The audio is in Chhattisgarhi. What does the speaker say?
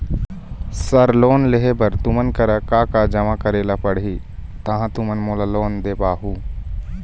सर लोन लेहे बर तुमन करा का का जमा करें ला पड़ही तहाँ तुमन मोला लोन दे पाहुं?